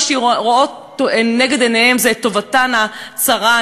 שהן רואות לנגד עיניהן זה את טובתן הצרה,